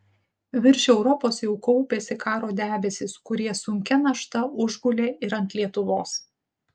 virš europos jau kaupėsi karo debesys kurie sunkia našta užgulė ir ant lietuvos